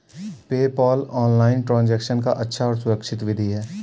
PayPal online transaction का अच्छा और सुरक्षित विधि है